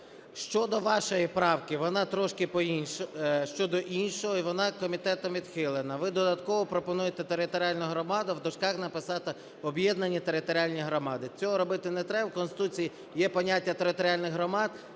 Щодо вашої правки, вона трошки щодо іншого, і вона комітетом відхилена. Ви додатково пропонуєте територіальну громаду в дужках написати "об'єднані територіальні громади". Цього робити не треба, в конституції є поняття територіальних громад,